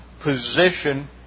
position